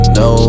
no